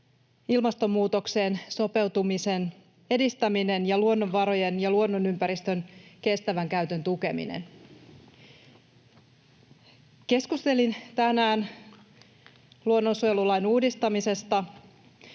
ilmastonmuutokseen sopeutumisen edistäminen ja luonnonvarojen ja luonnonympäristön kestävän käytön tukeminen. Keskustelin tänään luonnonsuojelulain uudistamisesta,